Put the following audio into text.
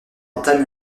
entame